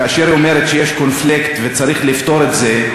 כאשר היא אומרת שיש קונפליקט וצריך לפתור את זה,